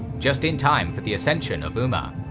just in time for the ascension of umar.